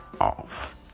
off